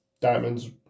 Diamond's